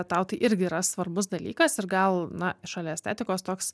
tau tai irgi yra svarbus dalykas ir gal na šalia estetikos toks